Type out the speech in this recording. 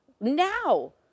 now